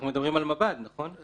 אנחנו מדברים על מב"ד, נכון?